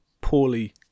poorly